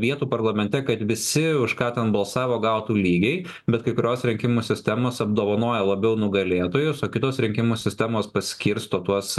vietų parlamente kad visi už ką ten balsavo gautų lygiai bet kai kurios rinkimų sistemos apdovanoja labiau nugalėtojus o kitos rinkimų sistemos paskirsto tuos